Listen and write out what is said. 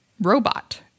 robot